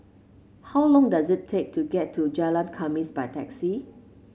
how long does it take to get to Jalan Khamis by taxi